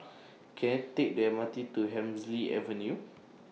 Can I Take The M R T to Hemsley Avenue